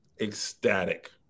ecstatic